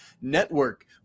Network